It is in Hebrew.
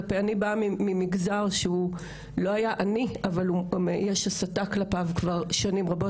אני באה ממגזר שהוא לא היה עני אבל יש הסתה כלפיו כבר שנים רבות,